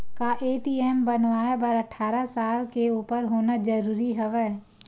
का ए.टी.एम बनवाय बर अट्ठारह साल के उपर होना जरूरी हवय?